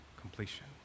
completion